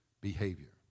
behavior